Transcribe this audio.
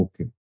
Okay